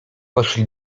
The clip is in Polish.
poszli